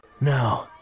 No